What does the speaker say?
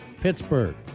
Pittsburgh